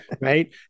right